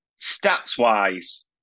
stats-wise